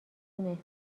روزی